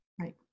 Right